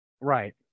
right